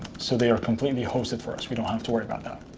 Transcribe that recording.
so they are completely hosted for us. we don't have to worry about that.